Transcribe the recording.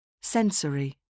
Sensory